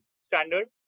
standard